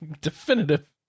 Definitive